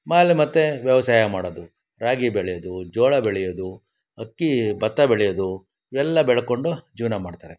ಆಮೇಲೆ ಮತ್ತೆ ವ್ಯವಸಾಯ ಮಾಡೋದು ರಾಗಿ ಬೆಳೆಯೋದು ಜೋಳ ಬೆಳೆಯೋದು ಅಕ್ಕಿ ಭತ್ತ ಬೆಳೆಯೋದು ಇವೆಲ್ಲ ಬೆಳಕೊಂಡು ಜೀವನ ಮಾಡ್ತಾರೆ